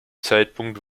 zeitpunkt